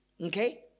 Okay